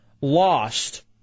lost